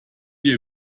ihr